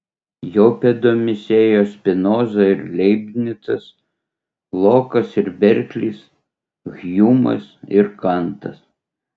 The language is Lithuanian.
jo pėdomis ėjo spinoza ir leibnicas lokas ir berklis hjumas ir kantas